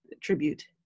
tribute